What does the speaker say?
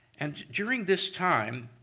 and during this time,